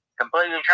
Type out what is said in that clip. completely